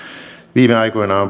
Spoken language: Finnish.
viime aikoina on